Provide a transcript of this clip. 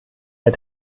der